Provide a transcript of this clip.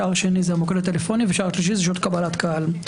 השני הוא המוקד הטלפוני והשלישי הוא שעות קבלת קהל.